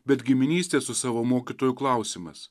bet giminystės su savo mokytoju klausimas